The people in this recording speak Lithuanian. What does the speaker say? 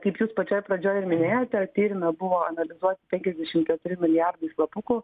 kaip jūs pačioj pradžioj ir minėjote tyrime buvo analizuoti penkiasdešim keturi milijardai slapukų